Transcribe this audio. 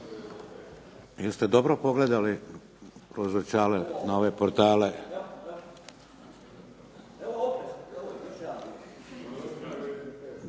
Jeste dobro pogledali kroz očale na ove portale.